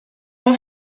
mon